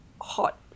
hot